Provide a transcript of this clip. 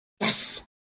Yes